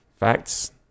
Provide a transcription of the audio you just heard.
Facts